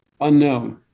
unknown